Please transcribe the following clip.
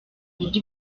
muri